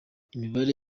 imibare